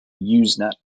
usenet